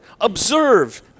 Observe